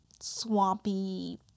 swampy